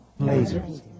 lasers